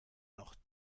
noch